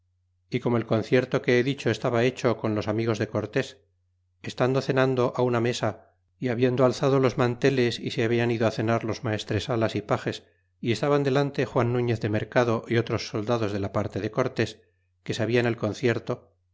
y como el concierto que he dicho estaba hecho con los amigos de cortés estando cenando una mesa y habiendo alzado los manteles y se habian ido cenar los maestresalas y pages y estaban delante juan nuñez de mercado y otros soldados de la parte de cortés que sabian el concierto